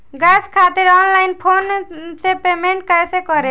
Gas खातिर online phone से payment कैसे करेम?